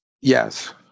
Yes